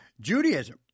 Judaism